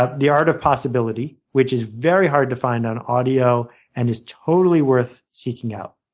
ah the art of possibility, which is very hard to find on audio and is totally worth seeking out.